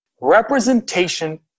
Representation